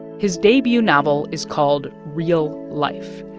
his debut novel is called real life.